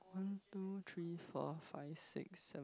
one two three four five six seven